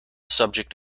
subject